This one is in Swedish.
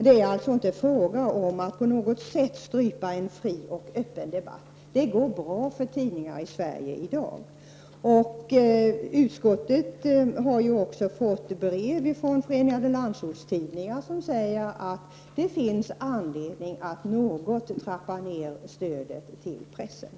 Det är alltså inte fråga om att på något sätt strypa en fri och öppen debatt. Det går bra för tidningar i Sverige i dag. Utskottet har också fått brev från Förenade Landsortstidningar som säger att det finns anledning att något trappa ned stödet till pressen.